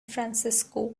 francisco